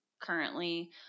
currently